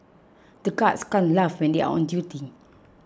the guards can't laugh when they are on duty